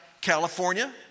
California